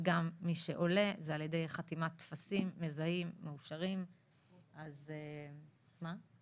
וגם מי שעולה זה על ידי חתימת טפסים מזהים מאושרים או באנונימיות,